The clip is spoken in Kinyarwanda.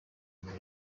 muri